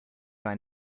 war